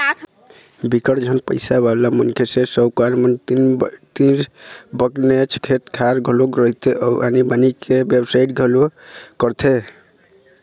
बिकट झन पइसावाला मनखे, सेठ, साहूकार मन तीर बनेच खेत खार घलोक रहिथे अउ आनी बाकी के बेवसाय घलोक करथे